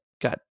got